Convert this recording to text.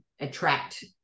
attract